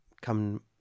come